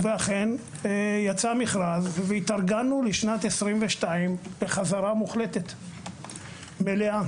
ואכן יצא מכרז והתארגנו לחזרה מוחלטת ומלאה